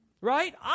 Right